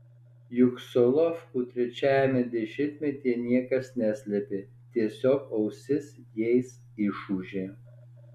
juk solovkų trečiajame dešimtmetyje niekas neslėpė tiesiog ausis jais išūžė